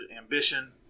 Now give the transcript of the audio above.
ambition